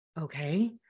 okay